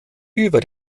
über